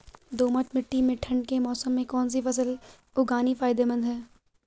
दोमट्ट मिट्टी में ठंड के मौसम में कौन सी फसल उगानी फायदेमंद है?